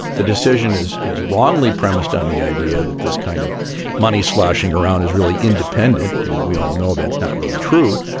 the decision is is wrongly premised on the idea that this kind of money sloshing around is really independent. we all know that's not really true,